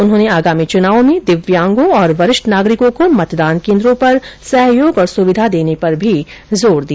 उन्होंने आगामी चुनाव में दिव्यांगों और वरिष्ठ नागरिकों को मतदान केंद्रों पर सहयोग और सुविधा देने पर भी जोर दिया